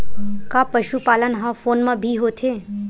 का पशुपालन ह फोन म भी होथे?